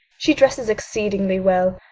she dresses exceedingly well.